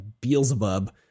Beelzebub